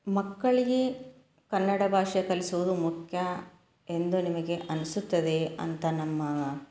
ಮಕ್ಕಳಿಗೆ ಕನ್ನಡ ಭಾಷೆ ಕಳಿಸೋದು ಮುಖ್ಯ ಎಂದು ನಿಮಗೆ ಅನಿಸುತ್ತದೆಯೆ ಅಂತ ನಮ್ಮ